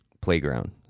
playground